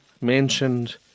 mentioned